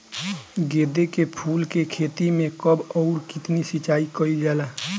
गेदे के फूल के खेती मे कब अउर कितनी सिचाई कइल जाला?